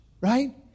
right